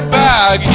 bag